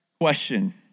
question